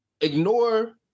ignore